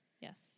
Yes